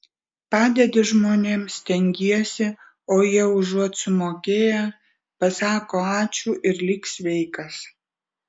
padedi žmonėms stengiesi o jie užuot sumokėję pasako ačiū ir lik sveikas